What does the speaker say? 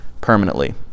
permanently